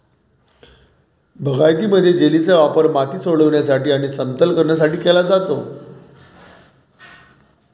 बागायतीमध्ये, जेलीचा वापर माती सोडविण्यासाठी आणि समतल करण्यासाठी केला जातो